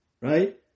right